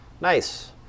Nice